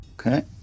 Okay